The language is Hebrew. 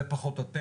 זה פחות אתם,